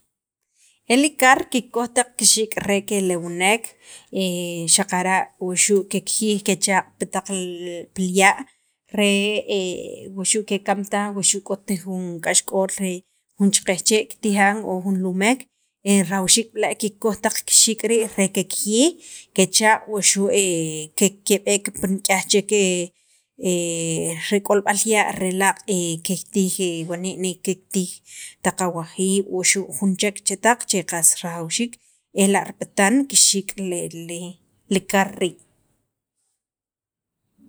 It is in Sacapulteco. e li kar kikkoj taq kixiik' re kelewnek xaqara' wuxu' kekjiyij kechaq' pi taq pil ya' re wuxu' kekam taj wuxu' k'ot jun k'axk'ol, jun cheqejchee' kikyijan o jun lumek rajawxiik b'la' kikoj taq kixiik' rii' re kekjiyij kechaq' wuxu' ke keb'eek pi nik'yaj chek re k'olb'al ya' re laaq' kiktij wani' ne kiktij taq awajiib' wuxu' jun chek chetaq che qas rajwxiik ela' kipatan kixiik le le kar rii'.